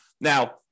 Now